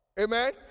Amen